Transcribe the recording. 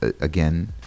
again